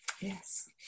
yes